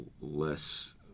less